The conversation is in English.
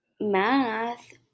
math